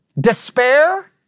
Despair